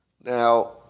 Now